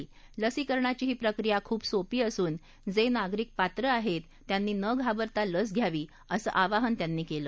लसीकरणाची ही प्रक्रिया खूप सोपी असून जे नागरिक पात्र आहेत त्यांनी न घाबरता लस घ्यावी असं आवाहन त्यांनी केलं